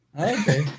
Okay